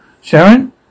Sharon